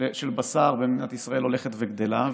של בשר במדינת ישראל הולכת וגדלה.